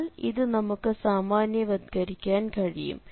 എന്നാൽ ഇത് നമുക്ക് സാമാന്യവൽക്കരിക്കാൻ കഴിയും